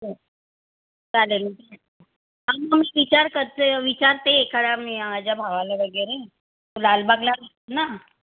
चालेल मग मी विचार करते विचारते एखादा मी माझ्या भावाला वगैरे तो लालबागला ना